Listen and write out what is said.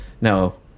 no